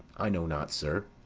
i know not, sir.